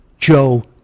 Joe